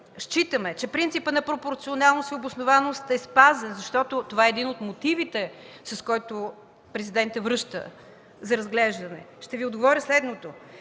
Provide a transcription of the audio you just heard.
считаме, че принципът на пропорционалност и обоснованост е спазен, защото това е един от мотивите, с които Президентът връща закона за разглеждане, ще Ви отговоря следното.